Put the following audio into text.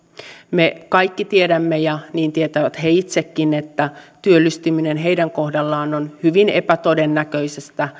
me kaikki tiedämme ja niin tietävät he itsekin että työllistyminen heidän kohdallaan on hyvin epätodennäköistä